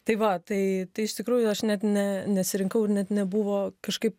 tai va tai iš tikrųjų aš net ne nesirinkau ir net nebuvo kažkaip